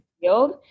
field